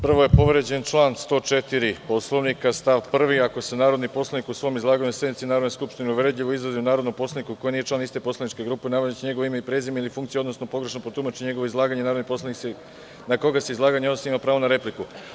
Prvo je povređen član 104. stav 1. Poslovnika – ako se narodni poslanik u svom izlaganju na sednici Narodne skupštine uvredljivo izrazi o narodnom poslaniku koji nije član iste poslaničke grupe, navodeći njegovo ime i prezime ili funkciju, odnosno pogrešno protumači njegovo izlaganje, narodni poslanik na koga se izlaganje odnosi ima pravo na repliku.